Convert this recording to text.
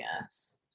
Yes